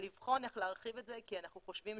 אבל לבחון איך להרחיב את זה כי אנחנו חושבים,